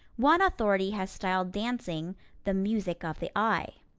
one authority has styled dancing the music of the eye.